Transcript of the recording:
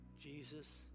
Jesus